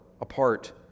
apart